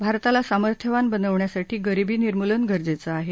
भारताला सामर्थ्यवान बनवण्यासाठी गरिबी निर्मूलन गरजेचं आहे